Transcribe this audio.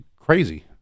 Crazy